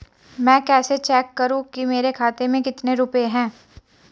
मैं कैसे चेक करूं कि मेरे खाते में कितने रुपए हैं?